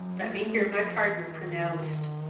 let me hear my pardon pronounced.